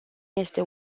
este